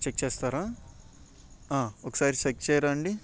check చేస్తారా ఒకసారి check చేయరాండి